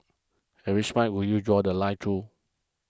at which point would you draw The Line true